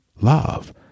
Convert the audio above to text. love